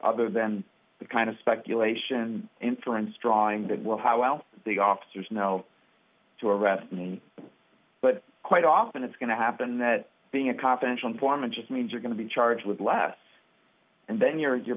other than the kind of speculation inference drawing that well how well the officers know to arrest but quite often it's going to happen that being a confidential informant just means you're going to be charged with less and then you're you're